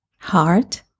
heart